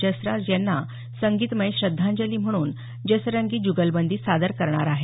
जसराज यांना संगीतमय श्रद्धांजली म्हणून जसरंगी जुगलबंदी सादर करणार आहेत